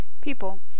People